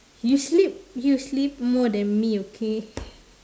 you sleep you sleep more than me okay